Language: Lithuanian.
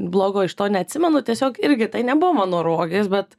blogo iš to neatsimenu tiesiog irgi tai nebuvo mano rogės bet